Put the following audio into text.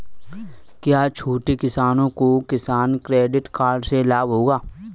क्या छोटे किसानों को किसान क्रेडिट कार्ड से लाभ होगा?